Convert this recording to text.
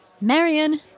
Marion